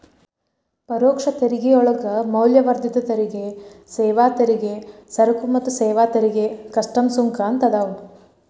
ಪರೋಕ್ಷ ತೆರಿಗೆಯೊಳಗ ಮೌಲ್ಯವರ್ಧಿತ ತೆರಿಗೆ ಸೇವಾ ತೆರಿಗೆ ಸರಕು ಮತ್ತ ಸೇವಾ ತೆರಿಗೆ ಕಸ್ಟಮ್ಸ್ ಸುಂಕ ಅಂತ ಅದಾವ